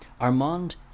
Armand